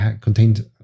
contained